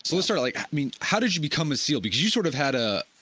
so let's start like i mean how did you become a seal because you sort of had a,